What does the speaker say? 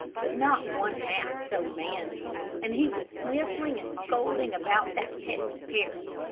but not one-half so manly, and he was sniffling and scolding about that pesky parrot.